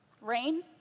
rain